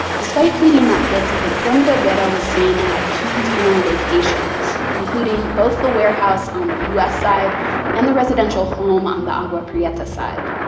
despite pleading not guilty, corona-verbera but was seen at key tunnel locations, including both the warehouse on the u s. side and the residential home on the agua prieta side.